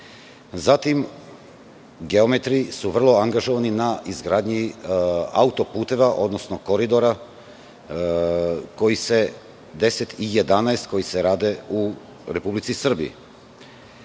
rada. Zatim, geometri su vrlo angažovani na izgradnji autoputeva, odnosno koridora 10 i 11, koji se rade u Republici Srbiji.